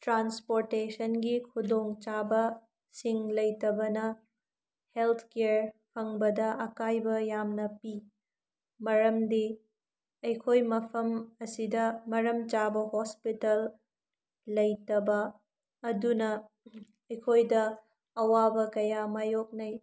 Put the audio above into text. ꯇ꯭ꯔꯥꯟꯁꯄꯣꯔꯇꯦꯁꯟꯒꯤ ꯈꯨꯗꯣꯡ ꯆꯥꯕꯁꯤꯡ ꯂꯩꯇꯕꯅ ꯍꯦꯜꯠ ꯀꯦꯌꯔ ꯐꯪꯕꯗ ꯑꯀꯥꯏꯕ ꯌꯥꯝꯅ ꯄꯤ ꯃꯔꯝꯗꯤ ꯑꯩꯈꯣꯏ ꯃꯐꯝ ꯑꯁꯤꯗ ꯃꯔꯝ ꯆꯥꯕ ꯍꯣꯁꯄꯤꯇꯥꯜ ꯂꯩꯇꯕ ꯑꯗꯨꯅ ꯑꯩꯈꯣꯏꯗ ꯑꯋꯥꯕ ꯀꯌꯥ ꯃꯥꯏꯌꯣꯛꯅꯩ